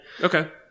Okay